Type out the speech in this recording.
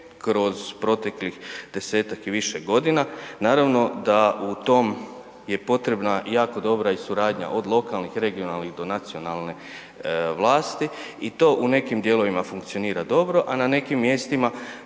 kroz proteklih 10-tak i više godina. Naravno da u tom je potrebna i jako dobra suradnja, od lokalnih, regionalnih do nacionalne vlasti i to u nekim dijelovima funkcionira dobro, a na nekim mjestima